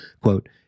quote